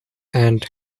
and